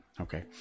Okay